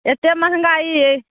एत्ते महँगाइ